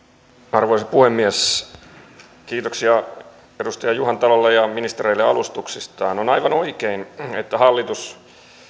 arvoisa puhemies kiitoksia edustaja juhantalolle ja ministereille alustuksistaan on aivan oikein että hallitus